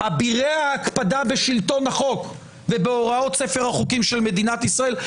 אבירי ההקפדה בשלטון החוק ובהוראות ספר החוקים של מדינת ישראל,